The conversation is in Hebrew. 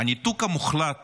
בניתוק המוחלט